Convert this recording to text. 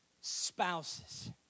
spouses